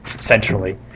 centrally